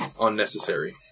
unnecessary